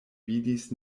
vidis